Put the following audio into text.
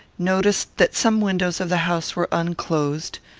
noticed that some windows of the house were unclosed,